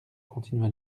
continua